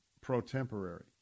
pro-temporary